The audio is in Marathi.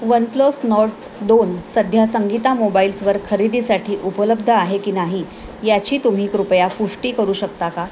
वन प्लस नोर्ड दोन सध्या संगीता मोबाईल्सवर खरेदीसाठी उपलब्ध आहे की नाही याची तुम्ही कृपया पुष्टी करू शकता का